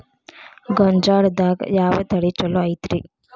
ಗೊಂಜಾಳದಾಗ ಯಾವ ತಳಿ ಛಲೋ ಐತ್ರಿ?